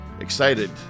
excited